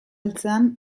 heltzean